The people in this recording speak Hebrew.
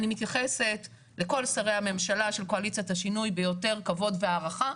אני מתייחסת לכל שרי הממשלה של קואליציית השינוי ביותר כבוד והערכה,